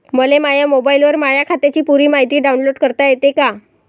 मले माह्या मोबाईलवर माह्या खात्याची पुरी मायती डाऊनलोड करता येते का?